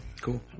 Cool